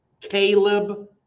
Caleb